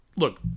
Look